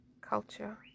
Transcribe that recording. culture